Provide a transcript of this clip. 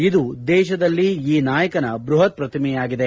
ಇದು ದೇಶದಲ್ಲಿ ಈ ನಾಯಕನ ಬೃಹತ್ ಪ್ರತಿಮೆಯಾಗಿದೆ